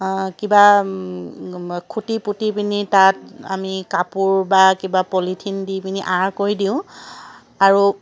কিবা খুঁটি পুতি পিনি তাত আমি কাপোৰ বা কিবা পলিথিন দি পিনি আঁৰ কৰি দিওঁ আৰু